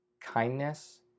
kindness